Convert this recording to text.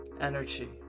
Energy